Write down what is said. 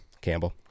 Campbell